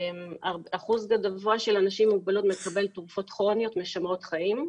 אחוז גבוה של אנשים עם מוגבלות מקבל תרופות כרוניות משמרות חיים.